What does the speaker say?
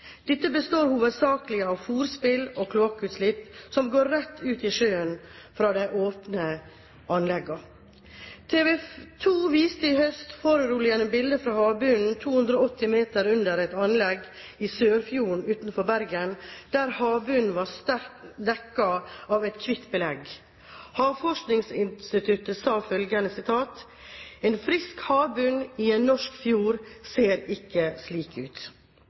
kloakkutslipp som går rett ut i sjøen fra de åpne anleggene. TV 2 viste i høst foruroligende bilder fra havbunnen 280 meter under et anlegg i Sørfjorden utenfor Bergen, der havbunnen var sterkt dekket av et hvitt belegg. Havforskningsinstituttet sa følgende: «Frisk havbunn i en norsk fjord ser ikke slik ut.»